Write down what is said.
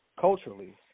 culturally